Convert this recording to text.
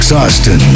Austin